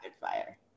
fire